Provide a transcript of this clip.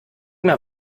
mir